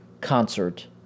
concert